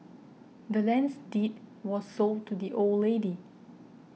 the land's deed was sold to the old lady